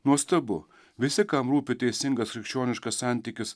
nuostabu visi kam rūpi teisingas krikščioniškas santykis